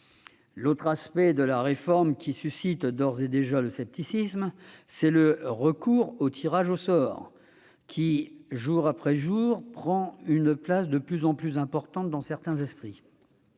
autre aspect de la réforme suscite d'ores et déjà le scepticisme, le recours au tirage au sort, qui, jour après jour, prend une place de plus en plus importante dans certains esprits.